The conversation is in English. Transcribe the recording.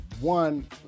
one